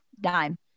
dime